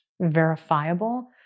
verifiable